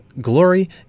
glory